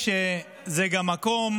לראש הממשלה גם מגיע,